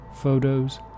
photos